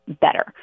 better